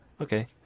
okay